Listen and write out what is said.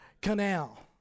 canal